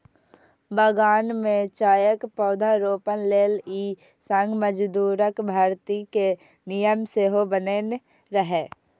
बगान मे चायक पौधारोपण लेल ई संघ मजदूरक भर्ती के नियम सेहो बनेने रहै